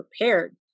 prepared